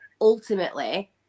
ultimately